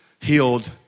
healed